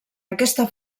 aquesta